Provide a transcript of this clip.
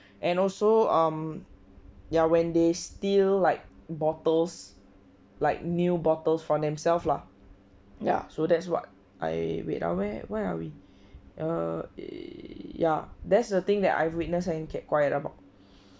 and also um ya when they still like bottles like new bottles for themselves lah ya so that's what I wait ah where where are we uh ya that's the thing that I witness and kept quiet about